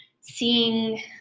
seeing